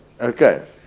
Okay